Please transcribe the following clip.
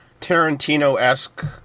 Tarantino-esque